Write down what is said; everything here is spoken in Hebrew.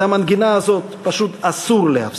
את המנגינה הזאת פשוט אסור להפסיק.